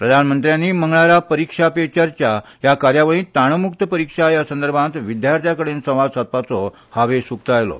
प्रधानमंत्र्यांनी मंगळारा परिक्षा पे चर्चा ह्या कार्यावळींत ताणम्क्त परिक्षा ह्या संदर्भांत विद्याथ्यां कडेन संवाद सादपाचो हावेस उकतायलो